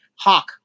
Hawk